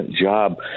job